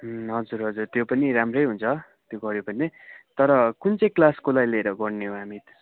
हजुर हजुर त्यो पनि राम्रै हुन्छ त्यो गऱ्यो भने तर कुन चाहिँ क्लासकोलाई लिएर गर्ने हो हामी